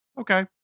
okay